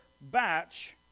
batch